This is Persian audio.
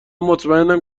مطمئنم